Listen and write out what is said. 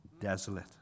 desolate